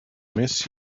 miss